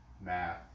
Math